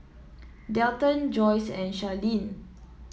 Delton Joyce and Charlene